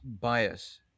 bias